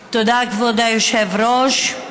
תודה, כבוד היושב-ראש.